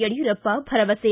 ಯಡಿಯೂರಪ್ಪ ಭರವಸೆ